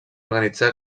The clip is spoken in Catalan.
organitzar